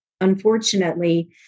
Unfortunately